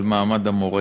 על מעמד המורה.